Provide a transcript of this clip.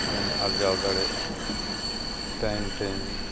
ᱢᱟᱱᱮᱢ ᱟᱨᱡᱟᱣ ᱫᱟᱲᱮᱭᱟᱜᱼᱟ ᱴᱟᱭᱤᱢ ᱴᱟᱭᱤᱢ